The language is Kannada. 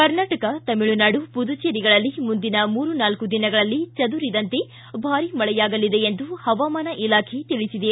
ಕರ್ನಾಟಕ ತಮಿಳುನಾಡು ಪುದುಚೇರಿಗಳಲ್ಲಿ ಮುಂದಿನ ಮೂರು ನಾಲ್ಕ ದಿನಗಳಲ್ಲಿ ಚದುರಿದಂತೆ ಭಾರೀ ಮಳೆಯಾಗಲಿದೆ ಎಂದು ಹವಾಮಾನ ಇಲಾಖೆ ತಿಳಿಸಿದೆ